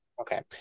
Okay